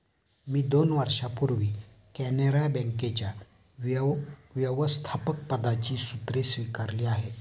मी दोन वर्षांपूर्वी कॅनरा बँकेच्या व्यवस्थापकपदाची सूत्रे स्वीकारली आहेत